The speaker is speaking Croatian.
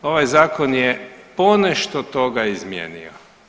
Ovaj zakon je ponešto toga izmijenio.